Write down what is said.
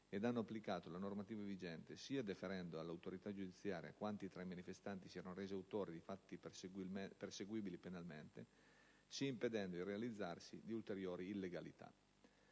ed hanno applicato la normativa vigente, sia deferendo all'autorità giudiziaria quanti tra i manifestanti si erano resi autori di fatti perseguibili penalmente, sia impedendo il realizzarsi di ulteriori illegalità.